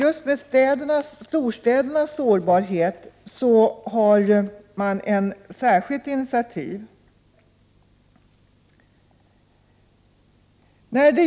Man har tagit ett särskilt initiativ just när det gäller storstädernas sårbarhet.